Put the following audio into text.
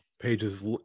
pages